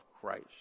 Christ